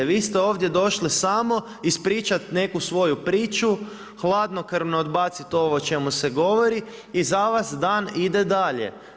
Vi ste ovdje došli samo ispričati neku svoju priču, hladnokrvno odbaciti ovo o čemu se govori i za vas dan ide dalje.